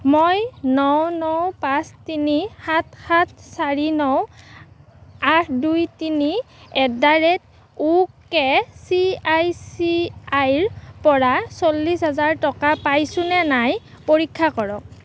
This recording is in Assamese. মই ন ন পাঁচ তিনি সাত সাত চাৰি ন আঠ দুই তিনি at the rate O K C I C আইৰ পৰা চল্লিছ হাজাৰ টকা পাইছোনে নাই পৰীক্ষা কৰক